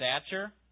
stature